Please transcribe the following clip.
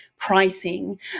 pricing